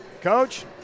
Coach